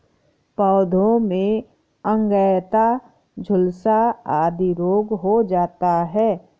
पौधों में अंगैयता, झुलसा आदि रोग हो जाता है